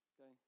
Okay